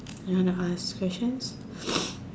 you wanna ask questions